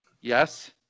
yes